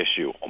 issue